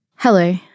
Hello